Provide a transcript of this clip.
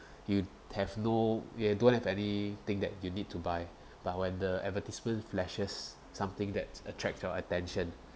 you have no we don't have anything that you need to buy but when the advertisement flashes something that attracts your attention